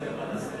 כשירות רב ראשי